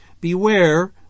Beware